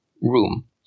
room